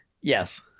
Yes